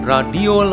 Radio